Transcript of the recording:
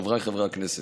חבריי חברי הכנסת,